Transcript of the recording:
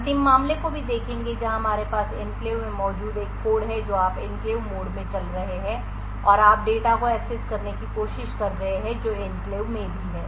अंतिम मामले को भी देखेंगे जहां हमारे पास एन्क्लेव में मौजूद एक कोड है जो आप एन्क्लेव मोड में चल रहे हैं और आप डेटा को एक्सेस करने की कोशिश कर रहे हैं जो एन्क्लेव में भी है